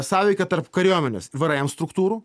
sąveika tarp kariuomenės vrm struktūrų